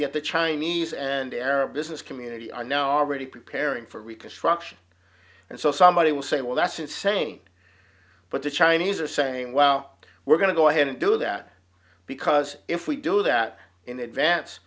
yet the chinese and arab business community are now already preparing for reconstruction and so somebody will say well that's insane but the chinese are saying well we're going to go ahead and do that because if we do that in advance